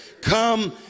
come